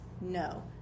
No